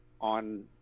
on